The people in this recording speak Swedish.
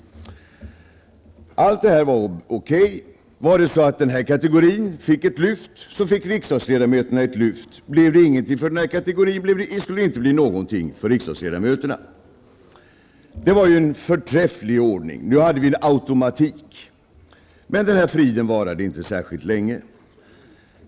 Allt detta var okej. Var det så att den här kategorin fick ett lyft, så fick riksdagsledamöterna ett lyft. Blev det ingenting för den här kategorin, skulle det inte bli någonting för riksdagsledamöterna. Det var ju en förträfflig ordning. Nu hade vi en automatik. Men den här friden varade inte särskilt länge.